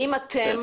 האם אתם